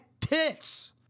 tits